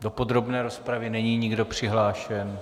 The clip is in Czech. Do podrobné rozpravy není nikdo přihlášen.